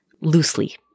loosely